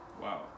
Wow